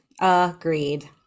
Agreed